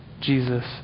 Jesus